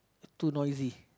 too noisy